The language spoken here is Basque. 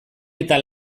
eta